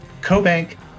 Cobank